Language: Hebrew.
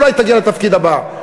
אולי תגיע לתפקיד הבא.